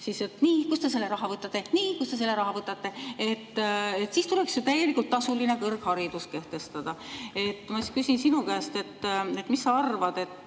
–, et kust te selle raha võtate. "Nii, kust te selle raha võtate? Siis tuleks ju täielikult tasuline kõrgharidus kehtestada." Ma küsin sinu käest, mis sa arvad.